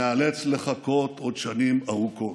ניאלץ לחכות עוד שנים ארוכות.